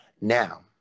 Now